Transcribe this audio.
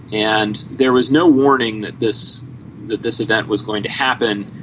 and there was no warning that this that this event was going to happen.